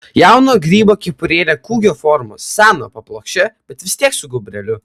jauno grybo kepurėlė kūgio formos seno paplokščia bet vis tiek su gūbreliu